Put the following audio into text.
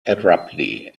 abruptly